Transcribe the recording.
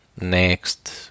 Next